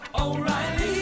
O'Reilly